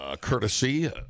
courtesy